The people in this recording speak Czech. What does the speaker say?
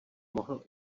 mohl